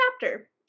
chapter